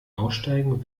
aussteigen